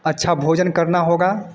अच्छा भोजन करना होगा